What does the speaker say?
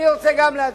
אני רוצה גם להדגיש: